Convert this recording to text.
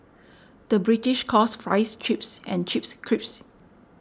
the British calls Fries Chips and Chips Crisps